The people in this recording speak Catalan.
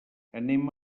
anem